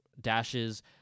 dashes